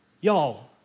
Y'all